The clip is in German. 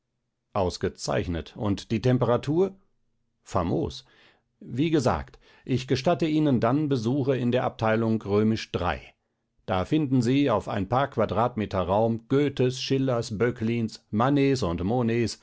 ausgezeichnet und die temperatur famos wie gesagt ich gestatte ihnen dann besuche in der abteilung römisch drei da finden sie auf ein paar quadratmeter raum goethes schillers böcklins manets und